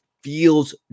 feels